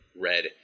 Red